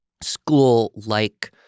school-like